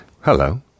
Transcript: Hello